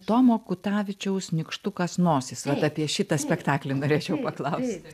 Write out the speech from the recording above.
tomo kutavičiaus nykštukas nosis vat apie šitą spektaklį norėčiau paklausti